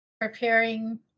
preparing